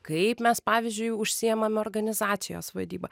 kaip mes pavyzdžiui užsiimam organizacijos vadyba